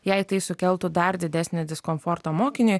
jei tai sukeltų dar didesnį diskomfortą mokiniui